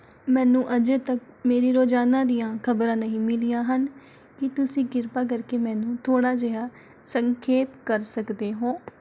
ਮੈਨੂੰ ਅਜੇ ਤੱਕ ਮੇਰੀ ਰੋਜ਼ਾਨਾ ਦੀਆਂ ਖਬਰਾਂ ਨਹੀਂ ਮਿਲੀਆਂ ਹਨ ਕੀ ਤੁਸੀਂ ਕਿਰਪਾ ਕਰਕੇ ਮੈਨੂੰ ਥੋੜ੍ਹਾ ਜਿਹਾ ਸੰਖੇਪ ਕਰ ਸਕਦੇ ਹੋ